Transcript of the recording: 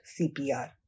CPR